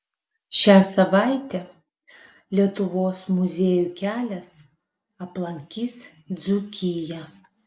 šią savaitę lietuvos muziejų kelias aplankys dzūkiją